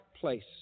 place